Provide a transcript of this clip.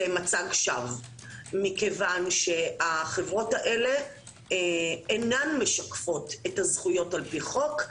זה מצג שווא מכיוון שהחברות האלה אינן משקפות את הזכויות על פי חוק,